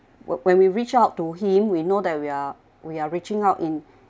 when we reach out to him we know that we are we are reaching out in